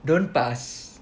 don't pass